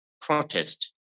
protest